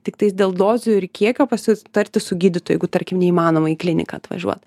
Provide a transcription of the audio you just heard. tiktai dėl dozių ir kiekio pasitarti su gydytoju jeigu tarkim neįmanoma į kliniką atvažiuot